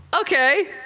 Okay